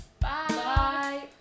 Bye